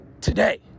today